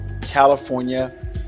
California